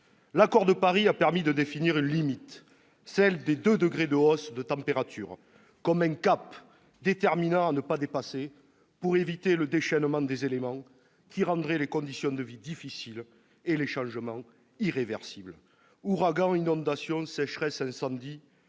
L'Accord de Paris a permis de définir une limite, celle des 2 degrés de hausse de température, comme un cap déterminant à ne pas dépasser pour éviter le déchaînement des éléments qui rendrait les conditions de vie difficiles et les changements irréversibles. Ouragans, inondations, sécheresses, incendies